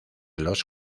los